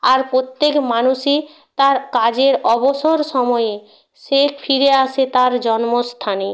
আর প্রত্যেক মানুষই তার কাজের অবসর সময়ে সে ফিরে আসে তার জন্মস্থানে